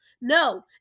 No